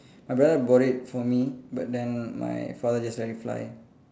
my brother bought it for me but then my father just let it fly